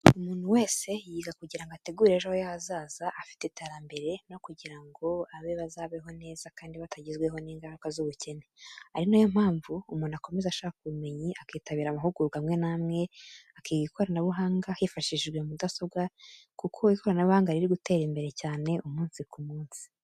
Umuntu wese yiga kugira ngo ategure ejo he hazaza afite iterambere no kugira ngo abe bazabeho neza kandi batagizweho n'ingaruka z'ubukene. Ari na yo mpamvu umuntu aklomeza ashaka ubumenyi akitabira amahugurwa amwe n'amwe, akiga ikoranabuhanga hifashishijwe mudasobwa kuko ikoranabunga riri gutera imbere cyane umunsi ku munsi.